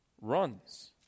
runs